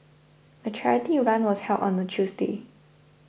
the charity run was held on a Tuesday